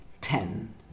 Ten